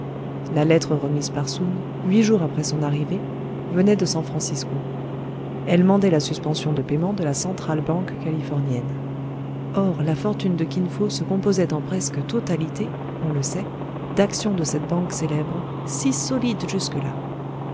la lettre remise par soun huit jours après son arrivée venait de san francisco elle mandait la suspension de paiement de la centrale banque californienne or la fortune de kin fo se composait en presque totalité on le sait d'actions de cette banque célèbre si solide jusque-là